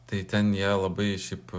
tai ten jie labai šiaip